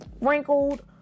wrinkled